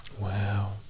Wow